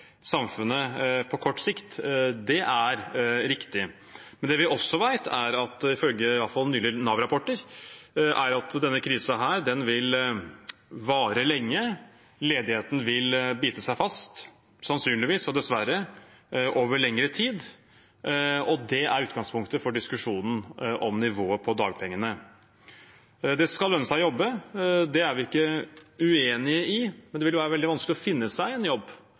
samfunnet på kort sikt. Det er riktig. Men det vi også vet, iallfall ifølge nylige Nav-rapporter, er at denne krisen vil vare lenge, og at ledigheten sannsynligvis – og dessverre – vil bite seg fast over lengre tid. Det er utgangspunktet for diskusjonen om nivået på dagpengene. Det skal lønne seg å jobbe, det er vi ikke uenig i, men det vil være veldig vanskelig å finne seg en jobb